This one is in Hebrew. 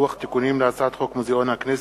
לוח תיקונים להצעת חוק מוזיאון הכנסת,